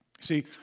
See